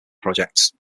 projects